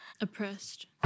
Oppressed